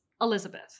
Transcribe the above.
Elizabeth